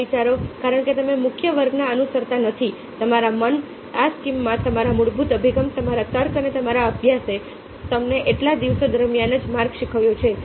નવા વિચારો કારણ કે તમે મુખ્ય માર્ગને અનુસરતા નથી તમારા મન આ સ્કીમા તમારા મૂળભૂત અભિગમ તમારા તર્ક અને તમારા અભ્યાસે તમને આટલા દિવસો દરમિયાન જે માર્ગ શીખવ્યો છે